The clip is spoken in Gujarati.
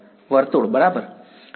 વર્તુળ બરાબર